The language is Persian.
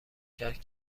کرد